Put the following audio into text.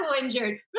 injured